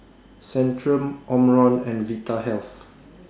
Centrum Omron and Vitahealth